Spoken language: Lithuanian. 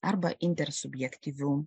arba intersubjektyvių